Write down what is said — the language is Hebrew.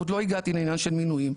עוד לא הגעתי לעניין של מינויים,